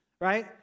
right